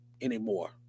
anymore